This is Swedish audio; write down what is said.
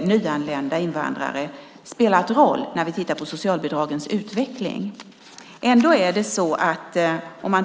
nyanlända invandrare har.